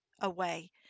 away